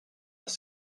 les